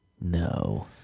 No